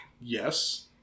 Yes